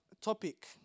topic